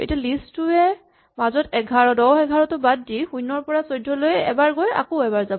এতিয়া list two য়ে মাজত ১০ ১১ বাদ দি শূণ্যৰ পৰা ১৪ লৈ এবাৰ গৈ আকৌ এবাৰ যাব